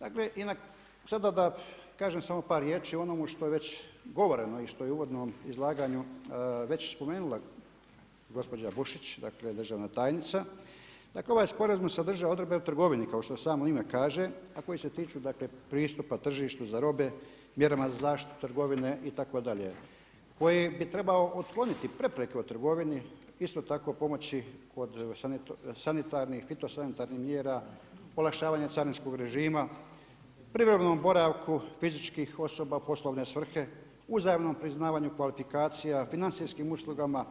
Dakle, i sada da kažem samo par riječi o onome što je već govoreno i što je u uvodnom izlaganju već spomenula gospođa Bušić, dakle državna tajnica, ovaj sporazum sadržava odredbe o trgovi kao što samo ime kaže, a koji se tiču dakle pristupa tržištu za robe, mjera ma za zaštitu trgovine itd., koje bi trebao otkloniti prepreke o trgovini, isto tako pomoći kod sanitarnih, fito-sanitarnih mjera, olakšavanje carinskog režima, privremenom boravku fizičkih osoba poslovne svrhe, uzajamno priznavanju kvalifikacija, financijskim uslugama,